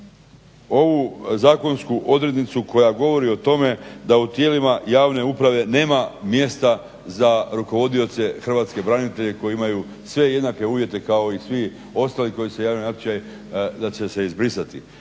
ovu zakonsku odrednicu koja govori o tome da u tijelima javne uprave nema mjesta za rukovodioce hrvatske branitelje koji imaju sve jednake uvjete kao i svi ostali koji se javljaju na natječaj da će se izbrisati.